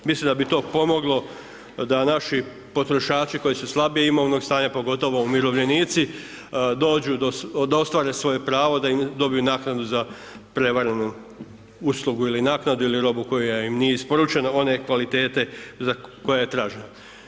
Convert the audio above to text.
Mislim da bi to pomoglo da naši potrošači koji su slabijeg imovnog stanja, pogotovo umirovljenici, da ostvare svoje pravo, da dobiju naknadu za prevarenu uslugu ili naknadu ili robu koja im nije isporučena one kvalitete koja je tražena.